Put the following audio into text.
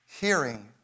Hearing